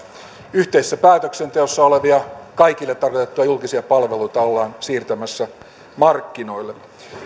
yhteisessä päätöksenteossa olevia kaikille tarkoitettuja julkisia palveluita ollaan siirtämässä markkinoille